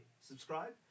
subscribe